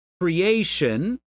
creation